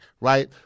right